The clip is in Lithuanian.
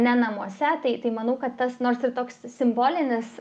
ne namuose tai tai manau kad tas na nors ir toks simbolinis